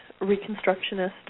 Reconstructionist